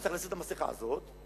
וצריך להסיר את המסכה הזאת,